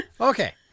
Okay